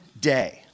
day